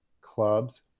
clubs